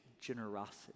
generosity